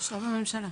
אושרה בממשלה.